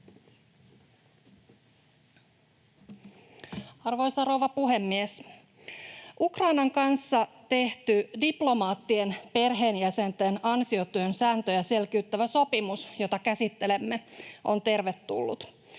Arvoisa rouva puhemies! Ukrainan kanssa tehty diplomaattien perheenjäsenten ansiotyön sääntöjä selkeyttävä sopimus, jota käsittelemme, on tervetullut.